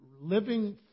living